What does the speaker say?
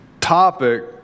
topic